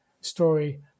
story